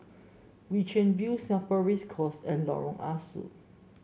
Chian View Singapore Race Course and Lorong Ah Soo